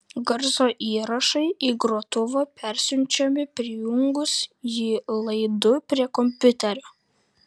garso įrašai į grotuvą persiunčiami prijungus jį laidu prie kompiuterio